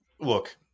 look